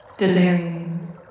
Delirium